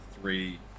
three